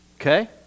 okay